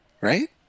right